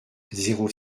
zéro